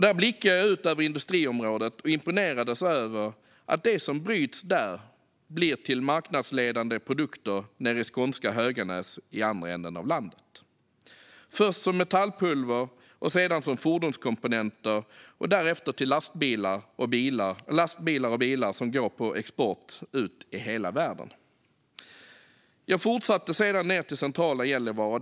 Där blickade jag ut över industriområdet och imponerades av att det som bryts där blir till marknadsledande produkter nere i skånska Höganäs i andra änden av landet - först som metallpulver, sedan som fordonskomponenter och därefter till lastbilar och bilar som går på export ut i hela världen. Jag fortsatte sedan ned till centrala Gällivare.